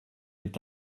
est